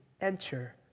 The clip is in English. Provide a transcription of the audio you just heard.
enter